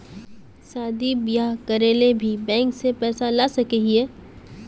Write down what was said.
शादी बियाह करे ले भी बैंक से पैसा ला सके हिये?